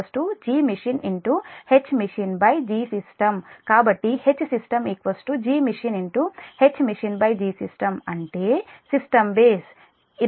కాబట్టి Hsystem Gmachine HmachineGsystemఅంటే system base 23